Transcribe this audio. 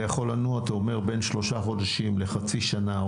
זה יכול לנוע בין שלושה חודשים לחצי שנה,